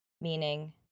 meaning